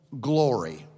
glory